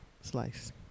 slice